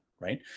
right